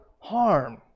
harm